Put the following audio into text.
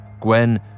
gwen